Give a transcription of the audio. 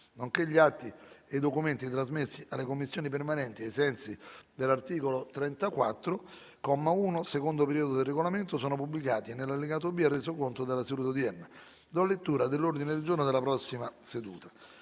nonché gli atti e i documenti trasmessi alle Commissioni permanenti ai sensi dell’articolo 34, comma 1, secondo periodo, del Regolamento sono pubblicati nell’allegato B al Resoconto della seduta odierna. Ordine del giorno per la seduta